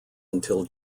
until